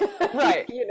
right